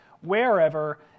wherever